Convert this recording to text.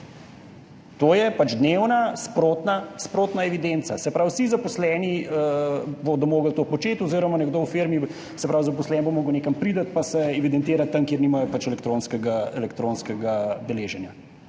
To je pač dnevna, sprotna evidenca. Se pravi, vsi zaposleni bodo morali to početi oziroma nekdo v firmi, se pravi zaposleni bo moral nekam priti in se evidentirati tam, kjer pač nimajo elektronskega beleženja.